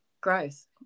growth